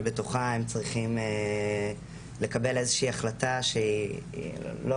שבתוכה הם צריכים לקבל איזושהי החלטה שהיא לא